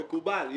מקובל.